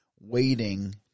waiting